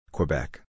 Quebec